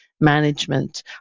management